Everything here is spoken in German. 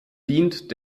dient